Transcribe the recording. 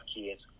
kids